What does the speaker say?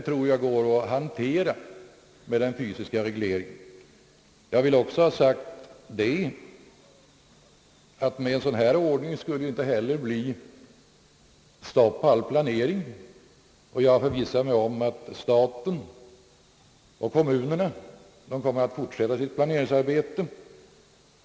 Jag tror att det är möjligt att hantera detta med den fysiska regleringen. Jag vill också ha sagt att en sådan här ordning inte kommer att stoppa all planering — jag har förvissat mig om att staten och kommunerna ämnar fortsätta sitt planeringsarbete.